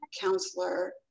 counselor